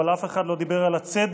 אבל אף אחד לא דיבר על הצדק,